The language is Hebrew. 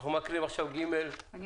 הצבעה בעד, 2 נגד, אין